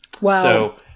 Wow